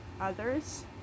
others